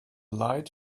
light